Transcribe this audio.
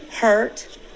hurt